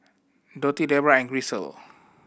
Dotty Debra and Grisel